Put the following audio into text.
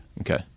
Okay